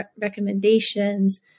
recommendations